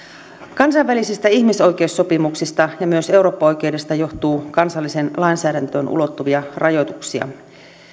kansainvälisistä ihmisoikeussopimuksista ja myös eurooppa oikeudesta johtuu kansalliseen lainsäädäntöön ulottuvia rajoituksia